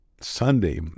Sunday